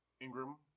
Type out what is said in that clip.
Ingram